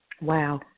Wow